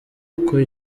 uko